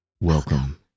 Welcome